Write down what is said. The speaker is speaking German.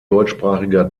deutschsprachiger